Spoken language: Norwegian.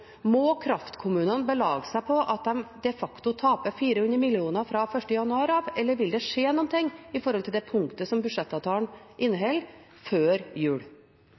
Må kraftkommunene belage seg på at de de facto taper 400 mill. kr fra 1. januar, eller vil det skje noe vedrørende det punktet som budsjettavtalen inneholder, før jul?